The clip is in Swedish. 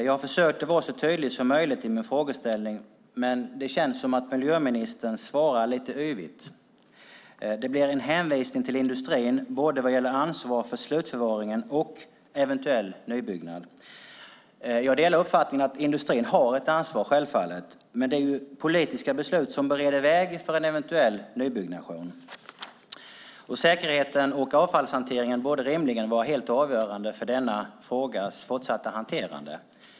Jag försökte vara så tydlig som möjligt i min frågeställning, men det känns som att miljöministern svarar lite yvigt. Det blir en hänvisning till industrin vad gäller både ansvaret för slutförvaringen och eventuell nybyggnad. Jag delar självfallet uppfattningen att industrin har ett ansvar. Men det är politiska beslut som bereder väg för en eventuell nybyggnation. Säkerheten och avfallshanteringen borde rimligen vara helt avgörande för denna frågas fortsatta hantering.